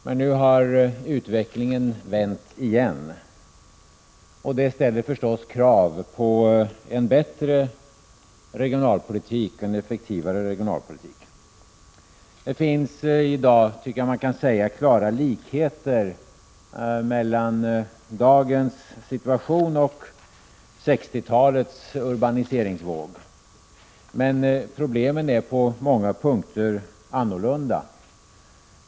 Men nu har utvecklingen vänt igen, och det ställer förstås krav på en bättre och effektivare regionalpolitik. Jag tycker man kan säga att det finns klara likheter mellan dagens situation och 1960-talets urbaniseringsvåg, men problemen är på många punkter annorlunda.